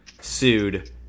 sued